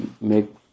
make